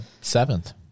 seventh